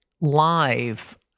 live